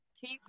Keep